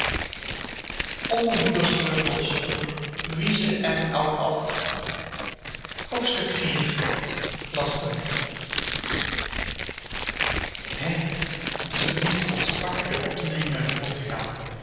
hè wat is het moeilijk onze pakken weer op te nemen en voort te gaan